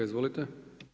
Izvolite.